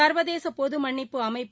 சா்வதேச பொது மன்னிப்பு அமைப்பு